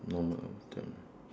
normal item